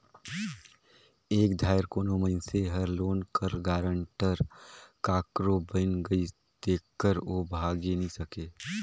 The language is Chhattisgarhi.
एक धाएर कोनो मइनसे हर लोन कर गारंटर काकरो बइन गइस तेकर ओ भागे नी सके